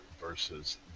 versus